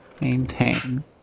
maintain